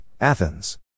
Athens